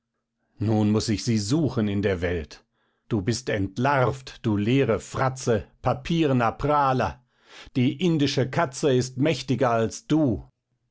nun muß ich sie suchen in der welt du bist entlarvt du leere fratze papierener prahler die indische katze ist mächtiger als du